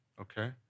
okay